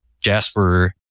Jasper